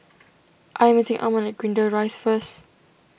I am meeting Almon at Greendale Rise first